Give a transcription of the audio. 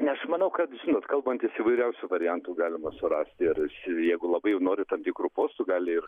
ne aš manau kad žinot kalbantis įvairiausių variantų galima surast ir jeigu labai jau nori tam tikrų postų gali ir